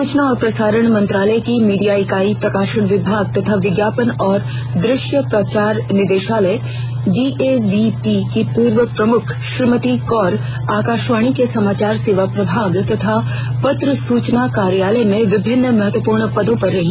सूचना और प्रसारण मंत्रालय की मीडिया इकाई प्रकाशन विभाग तथा विज्ञापन और दृश्य प्रचार निदेशालय डीएवीपी की पूर्व प्रमुख श्रीमती कौर आकाशवाणी के समाचार सेवा प्रभाग तथा पत्र सूचना कार्यालय में विभिन्न महत्वपूर्ण पदों पर रहीं